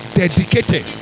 dedicated